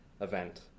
event